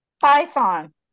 Python